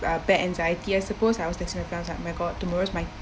uh bad anxiety I suppose I was texting my friends I was like oh my god tomorrow's my